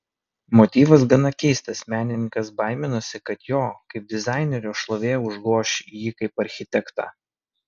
motyvas gana keistas menininkas baiminosi kad jo kaip dizainerio šlovė užgoš jį kaip architektą